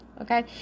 okay